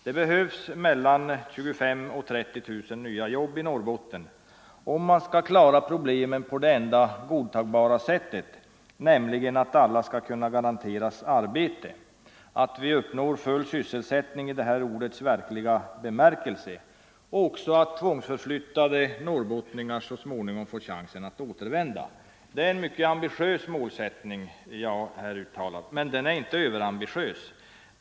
Det behövs mellan 25 000 och 30 000 nya jobb i Norrbotten, om man skall klara problemen på det enda godtagbara sättet: att alla skall kunna garanteras arbete, att vi uppnår full sysselsättning i ordets verkliga bemärkelse och att alla tvångsförflyttade norrbottningar så småningom får chansen att återvända. Det är en mycket ambitiös målsättning jag här uttalar, men den är inte överambitiös.